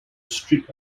street